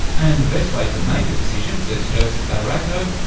and the best way to make a decision, says joseph badaracco,